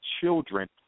children